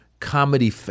comedy